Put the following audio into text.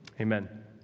Amen